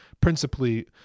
principally